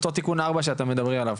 אותו תיקון 4 שאתם מדברים עליו,